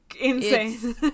insane